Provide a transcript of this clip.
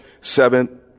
seven